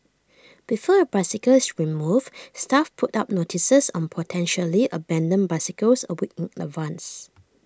before A bicycle is removed staff put up notices on potentially abandoned bicycles A week in advance